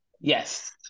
Yes